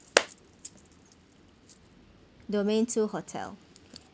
domain two hotel